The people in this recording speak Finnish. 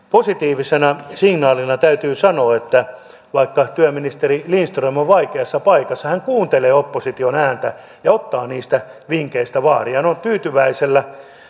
positiivisena signaalina täytyy sanoa että vaikka työministeri lindström on vaikeassa paikassa hän kuuntelee opposition ääntä ja ottaa niistä vinkeistä vaarin